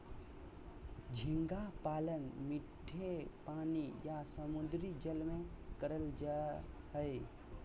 झींगा पालन मीठे पानी या समुंद्री जल में करल जा हय